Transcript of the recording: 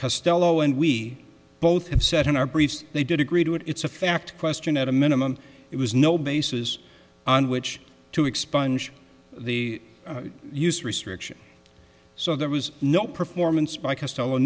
castello and we both have said in our briefs they did agree to it it's a fact question at a minimum it was no basis on which to expunge the use restriction so there was no performance by co